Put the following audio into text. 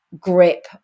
grip